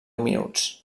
minuts